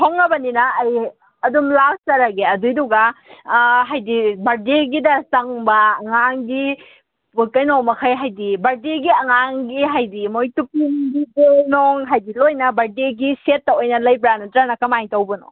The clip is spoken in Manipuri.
ꯐꯪꯉꯕꯅꯤꯅ ꯑꯩ ꯑꯗꯨꯝ ꯂꯥꯛꯆꯔꯒꯦ ꯑꯗꯨꯏꯗꯨꯒ ꯍꯥꯏꯗꯤ ꯕꯔꯊꯗꯦꯒꯤꯗ ꯆꯪꯕ ꯑꯉꯥꯡꯒꯤ ꯀꯩꯅꯣ ꯃꯈꯩ ꯍꯥꯏꯗꯤ ꯕꯔꯊꯗꯦꯒꯤ ꯑꯉꯥꯡꯒꯤ ꯍꯥꯏꯗꯤ ꯃꯣꯏ ꯇꯨꯞꯄꯤ ꯅꯨꯡꯄꯤ ꯕꯣꯜ ꯅꯣꯡ ꯍꯥꯏꯗꯤ ꯂꯣꯏꯅ ꯕꯔꯊꯗꯦꯒꯤ ꯁꯦꯠꯇ ꯑꯣꯏꯅ ꯂꯩꯕ꯭ꯔꯥ ꯅꯠꯇ꯭ꯔꯒꯅ ꯀꯃꯥꯏꯅ ꯇꯧꯕꯅꯣ